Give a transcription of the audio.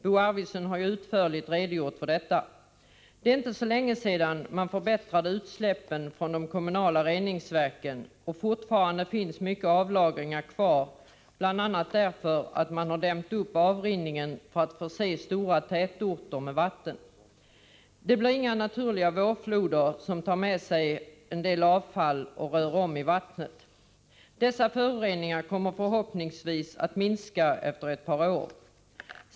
Bo Arvidson har utförligt redogjort för detta. Det är inte så länge sedan man förbättrade utsläppen från de kommunala reningsverken. Fortfarande finns mycket avlagringar kvar, bl.a. därför att man har dämt upp avrinningen för att förse stora tätorter med vatten. Det blir inga naturliga vårfloder, som annars tar med sig en del avfall och rör om i vattnet. Dessa föroreningar kommer förhoppningsvis att minska efter ett par år.